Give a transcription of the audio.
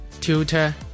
tutor